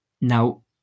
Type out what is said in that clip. Now